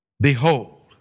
Behold